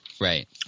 right